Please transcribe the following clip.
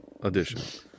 edition